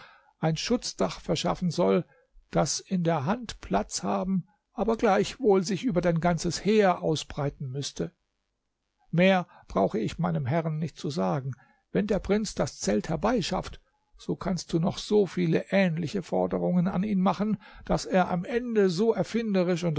ein schutzdach verschaffen soll das in der hand platz haben aber gleichwohl sich über dein ganzes heer ausbreiten müßte mehr brauche ich meinem herrn nicht zu sagen wenn der prinz das zelt herbeischafft so kannst du noch so viele ähnliche forderungen an ihn machen daß er am ende so erfinderisch und